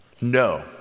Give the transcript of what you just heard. No